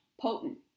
potent